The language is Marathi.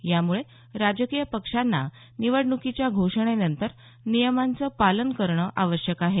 यामुळे राजकीय पक्षांना निवडणुकीच्या घोषणेनंतर नियमांचं पालन करणं आवश्यक आहे